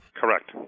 Correct